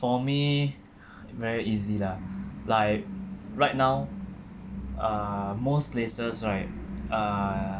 for me very easy lah like right now uh most places right uh